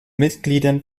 mitgliedern